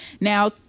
Now